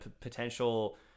potential